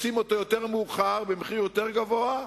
עושים אותו יותר מאוחר במחיר יותר גבוה,